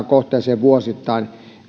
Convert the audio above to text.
kohteeseen vuosittain